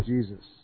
Jesus